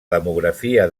demografia